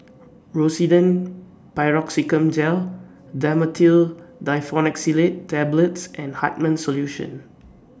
Rosiden Piroxicam Gel Dhamotil Diphenoxylate Tablets and Hartman's Solution